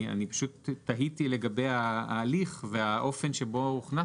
אני פשוט תהיתי לגבי ההליך והאופן שבו הוכנס